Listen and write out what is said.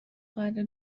قدر